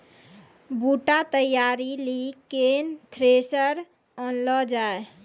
बूटा तैयारी ली केन थ्रेसर आनलऽ जाए?